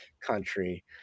country